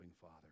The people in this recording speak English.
father